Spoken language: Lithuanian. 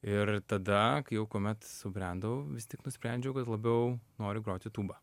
ir tada kai jau kuomet subrendau vis tik nusprendžiau kad labiau noriu groti tūba